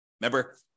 Remember